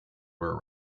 were